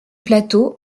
plateau